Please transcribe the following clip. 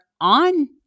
on